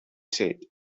said